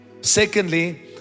Secondly